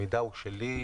המידע הוא שלי.